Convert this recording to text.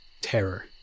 terror